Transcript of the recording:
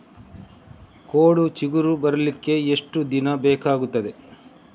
ಕೋಡು ಚಿಗುರು ಬರ್ಲಿಕ್ಕೆ ಎಷ್ಟು ದಿನ ಬೇಕಗ್ತಾದೆ?